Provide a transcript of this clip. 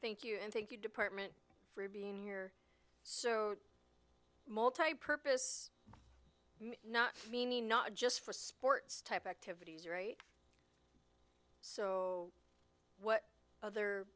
thank you and thank you department for being here so multipurpose not me not just for sports type activities right so what other